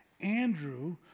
Andrew